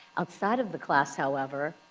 outside of the class, however,